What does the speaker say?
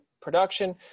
production